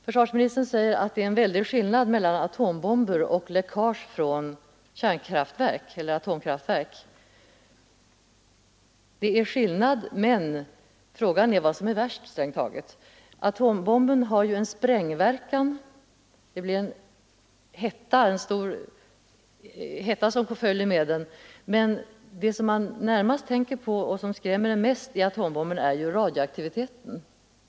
Försvarsministern säger att det är en väldig skillnad mellan atombomber och läckage från atomkraftverk. Det är skillnad, men frågan är strängt taget vad som är värst: atombomben har en sprängverkan, och det utvecklas stor hetta, men det som man närmast tänker på och det som skrämmer en mest när det gäller atombomben är radioaktiviteten.